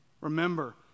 Remember